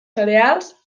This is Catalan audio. cereals